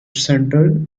central